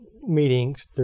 meetings